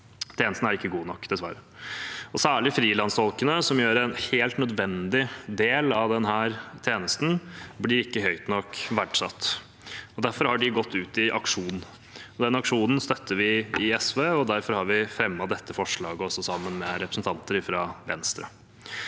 tjenesten er ikke god nok, dessverre. Særlig frilanstolkene, som utfører en helt nødvendig del av denne tjenesten, blir ikke høyt nok verdsatt. Derfor har de gått ut i aksjon. Den aksjonen støtter vi i SV, og derfor har vi fremmet dette forslaget, også sammen med representanter fra Venstre.